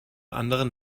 anderen